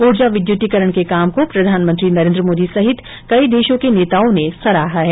ऊर्जा विद्युतीकरण के काम को प्रधानमंत्री नरेन्द्र मोदी सहित कई देशों के नेताओं ने सराहा है